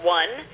one